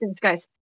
guys